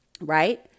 right